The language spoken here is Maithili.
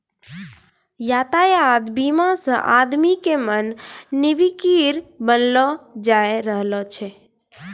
यातायात बीमा से आदमी के मन निफिकीर बनलो रहै छै